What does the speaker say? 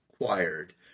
acquired